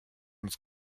uns